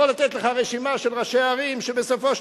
אני יכול לתת לך רשימה של ראשי ערים שבסופו של